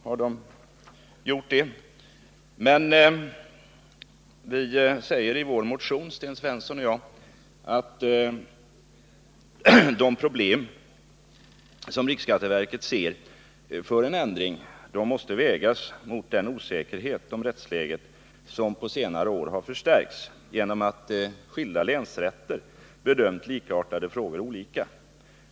Sten Svensson och jag säger emellertid i vår motion: ”De problem med en ändring som riksskatteverket befarar måste vägas mot den osäkerhet om rättsläget som på senare år har förstärkts genom att skilda länsrätter bedömt likartade frågor olika.